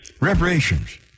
Reparations